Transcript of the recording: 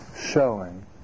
showing